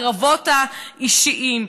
הקרבות האישיים,